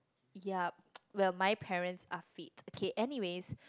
yup well my parents are fit okay anyways